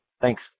Thanks